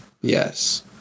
Yes